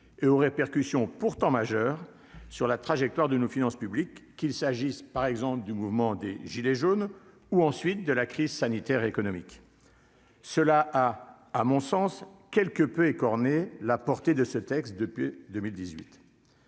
et aux répercussions pourtant majeur sur la trajectoire de nos finances publiques, qu'il s'agisse par exemple du mouvement des Gilets jaunes ou ensuite de la crise sanitaire, économique. Cela a, à mon sens quelque peu écorné la portée de ce texte depuis 2018.